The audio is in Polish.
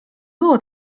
było